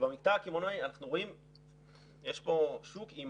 במקטע הקמעונאי אנחנו רואים שיש כאן שוק עם